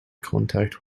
contact